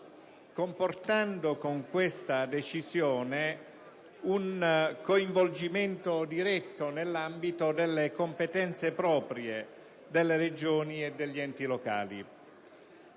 comportando con questa decisione un coinvolgimento diretto nell'ambito delle competenze proprie delle Regioni e degli enti locali.